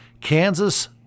Kansas